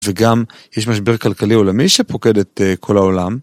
וגם יש משבר כלכלי עולמי שפוקד את כל העולם.